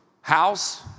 house